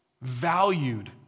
valued